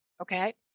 Okay